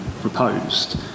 proposed